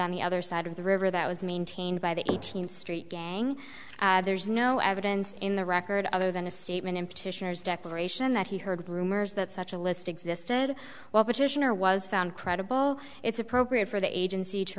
on the other side of the river that was maintained by the eighteenth street gang there is no evidence in the record other than a statement in petitioners declaration that he heard rumors that such a list existed while petitioner was found credible it's appropriate for the agency to